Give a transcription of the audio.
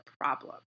problem